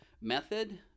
method